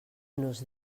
nos